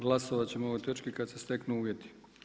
Glasovat ćemo ovoj točki kad ste steknu uvjeti.